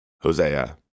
Hosea